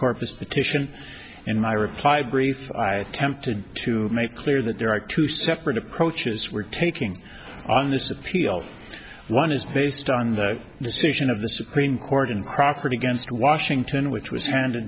corpus petition in my reply brief i attempted to make clear that there are two separate approaches we're taking on this appeal one is based on the decision of the supreme court in property against washington which was handed